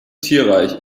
tierreich